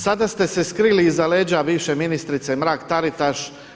Sada ste se skrili iz leđa bivše ministrice Mrak-Taritaš.